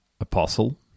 apostle